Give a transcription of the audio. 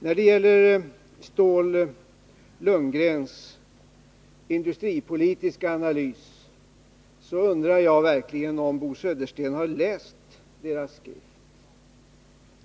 När det gäller Ståhl-Lundgrens industripolitiska analys undrar jag verkligen om Bo Södersten har läst deras skrift.